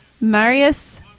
Marius